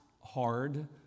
hard